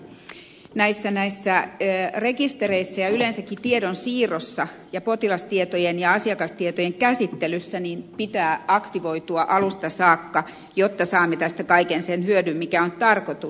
pulliainen että varmaan näissä rekistereissä ja yleensäkin tiedonsiirrossa ja potilastietojen ja asiakastietojen käsittelyssä pitää aktivoitua alusta saakka jotta saamme tästä kaiken sen hyödyn mikä on tarkoituskin